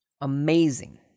Amazing